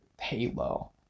Halo